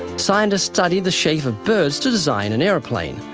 scientists studied the shape of birds to design an airplane,